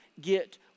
get